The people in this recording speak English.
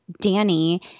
Danny